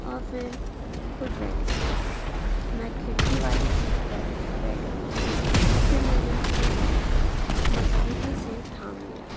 اور پھر خود بیٹھ گئے میں کھڑکی والی سیٹ پر بیٹھ گئی اور پھر میں نے اپنے بیگ کو مضبوطی سے تھام لیا